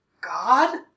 God